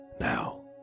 now